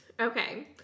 Okay